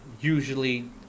usually